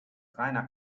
reiner